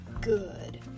good